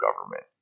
government